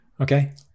Okay